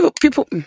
People